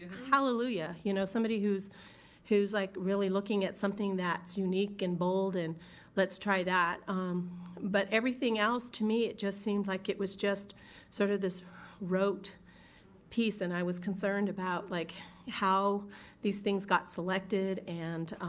hallelujah. you know? somebody who's who's like really looking at something that's unique and bold and let's try that but everything else, to me, it just seemed like it was just sort of this roped piece and i was concerned about like these things got selected and